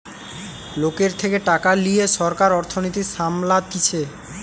লোকের থেকে টাকা লিয়ে সরকার অর্থনীতি সামলাতিছে